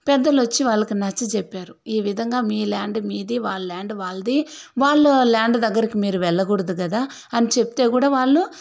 పెద్దలు వచ్చి వాళ్ళకి నచ్చచెప్పారు ఈ విధంగా మీ ల్యాండ్ మీది వాళ్ళ ల్యాండ్ వాళ్లది వాళ్ళు ల్యాండ్ దగ్గరకి మీరు వెళ్ళకూడదు కదా అని చెబితే కూడా వాళ్ళు